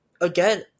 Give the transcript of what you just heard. again